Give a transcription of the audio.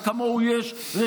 יכולת לעמוד בזמנים.